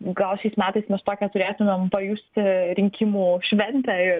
gal šiais metais mes tokią turėtumėm pajusti rinkimų šventę